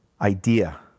idea